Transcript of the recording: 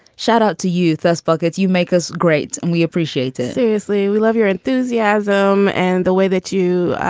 shout out to youth, us buckets. you make us great and we appreciate it seriously, we love your enthusiasm and the way that you,